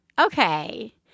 okay